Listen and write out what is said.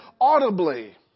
audibly